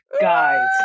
Guys